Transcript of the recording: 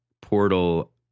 portal